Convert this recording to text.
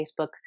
Facebook